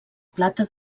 plata